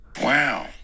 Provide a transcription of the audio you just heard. wow